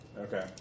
Okay